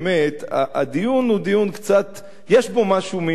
הדיון הוא דיון שיש בו משהו מן הגיחוך.